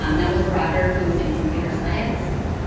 um that was roger, who was in computer science.